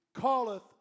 calleth